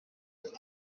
ati